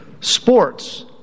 Sports